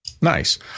Nice